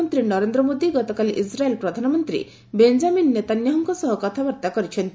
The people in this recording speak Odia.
ପ୍ରଧାନମନ୍ତ୍ରୀ ନରେନ୍ଦ୍ର ମୋଦୀ ଗତକାଲି ଇସ୍ରାଏଲ୍ ପ୍ରଧାନମନ୍ତ୍ରୀ ବେଞ୍ଜାମିନ୍ ନେତାନ୍ୟାହ୍କଙ୍କ ସହ କଥାବାର୍ତ୍ତା କରିଛନ୍ତି